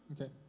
Okay